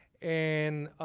and